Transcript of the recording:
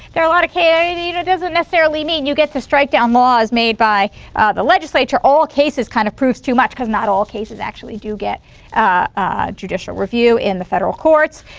there are a lot of cases. and it it doesn't necessarily mean you get to strike down laws made by the legislature. all cases kind of proves too much because not all cases actually do get a judicial review in the federal courts.